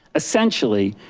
essentially,